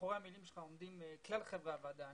שמאחורי המילים שלך עומדים כלל חברי הוועדה.